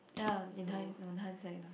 ya in hind~ on hindsight lah